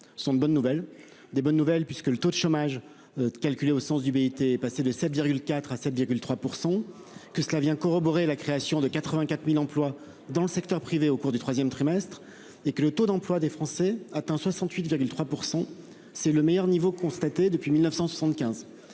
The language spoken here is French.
hier sont une bonne nouvelle. C'est une bonne nouvelle, puisque le taux de chômage, calculé au sens du Bureau international du travail (BIT), est passé de 7,4 % à 7,3 %, que cela vient corroborer la création de 84 000 emplois dans le secteur privé au cours du troisième trimestre et que le taux d'emploi des Français atteint 68,3 %, soit le meilleur niveau constaté depuis 1975.